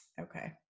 okay